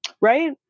Right